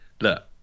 Look